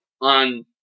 on